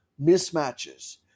mismatches